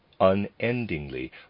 unendingly